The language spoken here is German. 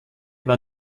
war